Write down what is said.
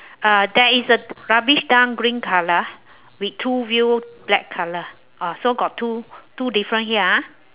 uh there is a rubbish dump green colour with two wheel black colour ah so got two two different here ah